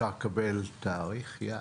אפשר לקבל תאריך יעד?